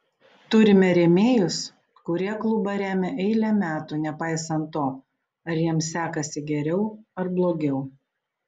turime rėmėjus kurie klubą remia eilę metų nepaisant to ar jiems sekasi geriau ar blogiau